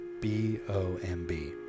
B-O-M-B